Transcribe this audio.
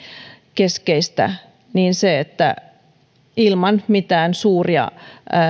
keskeistä niin ilman mitään suuria